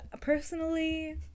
personally